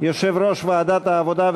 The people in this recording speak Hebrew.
יושב-ראש ועדת העבודה,